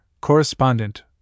correspondent